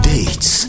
Dates